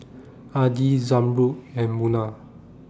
Adi Zamrud and Munah